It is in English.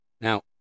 Now